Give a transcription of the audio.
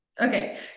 Okay